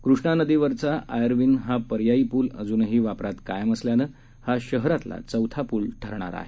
कृष्णा नदीवरचाच आयर्विन हा पर्यायी पूल अजूनही वापरात कायम असल्यानं हा शहरातला चौथा पूल ठरणार आहे